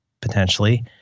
potentially